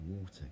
water